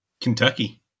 Kentucky